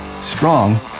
Strong